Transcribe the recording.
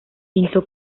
pintó